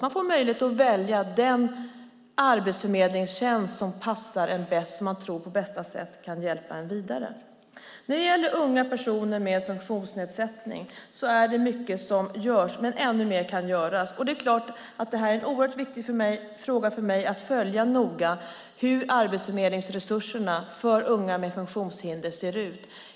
Man får då möjlighet att välja den arbetsförmedlingstjänst som passar en bäst och som man tror kan hjälpa en vidare på bästa sätt. Det är mycket som görs för unga personer med funktionsnedsättning. Men ännu mer kan göras. Detta är en oerhört viktig fråga för mig att följa noga hur arbetsförmedlingsresurserna för unga med funktionshinder ser ut.